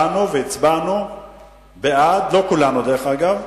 באנו והצבענו בעד, לא כולנו, דרך אגב,